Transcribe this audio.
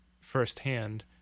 firsthand